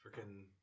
Freaking